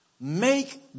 make